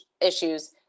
issues